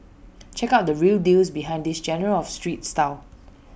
check out the real deals behind this genre of street style